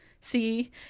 see